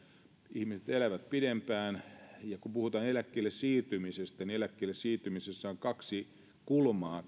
elävät pidempään ja kun puhutaan eläkkeelle siirtymisestä niin eläkkeelle siirtymisessä on kaksi kulmaa